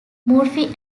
murphy